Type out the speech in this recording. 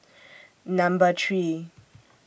Number three